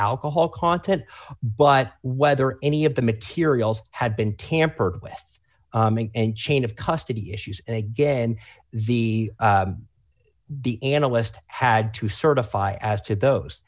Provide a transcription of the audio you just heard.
alcohol content but whether any of the materials had been tampered with and chain of custody issues and again the the analyst had to certify as to those